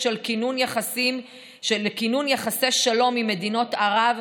של כינון יחסי שלום עם מדינות ערב,